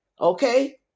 okay